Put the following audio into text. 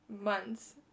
months